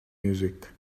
music